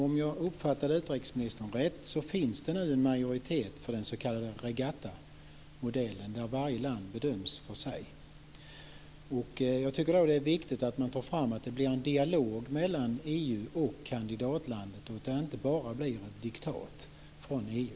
Om jag uppfattade utrikesministern rätt finns det nu en majoritet för den s.k. regattamodellen där varje land bedöms för sig. Då tycker jag att det är viktigt att framhålla att det blir en dialog mellan EU och kandidatlandet och inte bara ett diktat från EU.